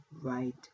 right